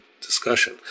discussion